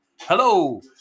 Hello